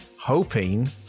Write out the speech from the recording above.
hoping